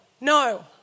No